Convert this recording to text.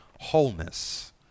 wholeness